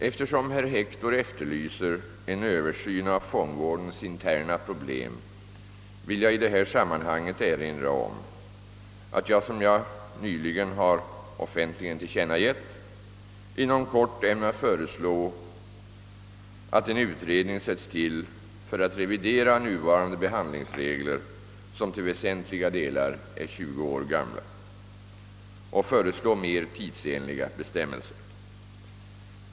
Eftersom herr Hector efterlyser en översyn av fångvårdens interna problem vill jag i detta sammanhang erinra om att jag, som jag nyligen har offentligen tillkännagett, inom kort ämnar föreslå att en utredning sätts till för att revidera nuvarande behandlingsregler, som till väsentliga delar är 20 år gamla, och föreslå mer tidsenliga bestämmelser.